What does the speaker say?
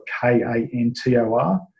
K-A-N-T-O-R